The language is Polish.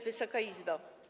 Wysoka Izbo!